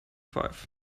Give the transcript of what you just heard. five